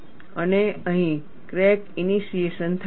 અને અહીં crack initiation થાય છે